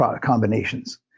combinations